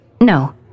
No